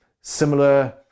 similar